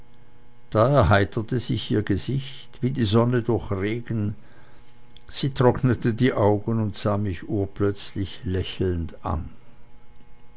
da erheiterte sich ihr gesicht wie die sonne durch regen sie trocknete die augen und sah mich urplötzlich lächelnd an